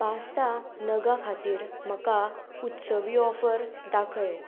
pasta नगां खातीर म्हाका उत्सवी ऑफर दाखय